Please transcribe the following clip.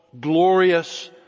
Glorious